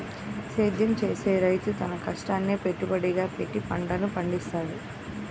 సేద్యం చేసే రైతు తన కష్టాన్నే పెట్టుబడిగా పెట్టి పంటలను పండిత్తాడు